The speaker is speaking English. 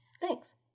Thanks